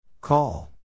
Call